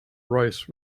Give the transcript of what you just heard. race